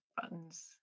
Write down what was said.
buttons